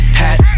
hat